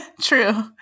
true